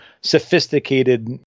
sophisticated